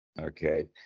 Okay